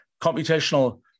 computational